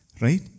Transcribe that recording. Right